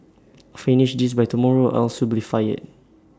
finish this by tomorrow else you'll be fired